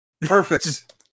Perfect